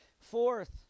fourth